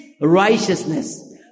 righteousness